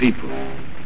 people